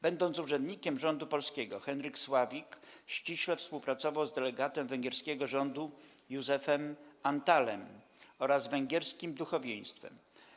Będąc urzędnikiem rządu polskiego, Henryk Sławik ściśle współpracował z delegatem węgierskiego rządu Józsefem Antallem oraz węgierskim duchowieństwem.